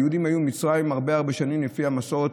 היהודים היו במצרים הרבה הרבה שנים לפי המסורת,